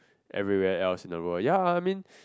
everywhere else in the world ya I mean